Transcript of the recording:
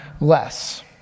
less